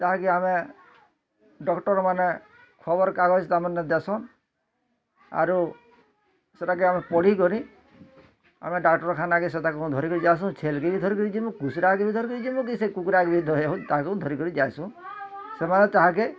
ତାହାକି ଆମେ ଡକ୍ଟରମାନେ ଖବରକାଗଜ ତା ମାନେ ଦେସୁଁନ୍ ଆରୁ ସେଇଟାକେ ଆମେ ପଢ଼ି କରି ଆମେ ଡାକ୍ଟରଖାନା କେ ସେଇଟାକୁ ଧରି କରି ଧାସୁଁ ଛେଲ୍ କି ବି ଧରି କିରି ଯିବୁଁ ଘୁସୁରାକୁ ବି ଧରି କିରି ଯିବୁଁ ସେ କୁକୁଡ଼ାକୁ ବି ତାକୁ ଧରି କି ଯାଇସୁଁନ୍ ସେମାନେ ତାହାକେ